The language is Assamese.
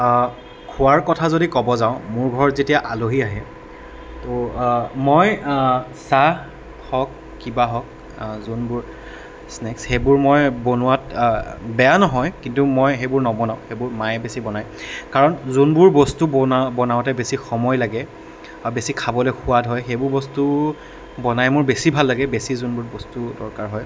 খোৱাৰ কথা যদি ক'ব যাওঁ মোৰ ঘৰত যেতিয়া আলহী আহে তো মই চাহ হওক কিবা হওক যোনবোৰ স্নেকছ সেইবোৰ মই বনোৱাত বেয়া নহয় কিন্তু মই সেইবোৰ নবনাওঁ সেইবোৰ মায়ে বেছি বনায় কাৰণ যোনবোৰ বস্তু বনা বনাওঁতে বেছি সময় লাগে আৰু বেছি খাবলৈ সোৱাদ হয় সেইবোৰ বস্তু বনাই মোৰ বেছি ভাল লাগে বেছি যোনবোৰ বস্তু দৰকাৰ হয়